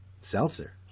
Seltzer